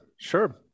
sure